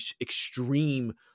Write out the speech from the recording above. extreme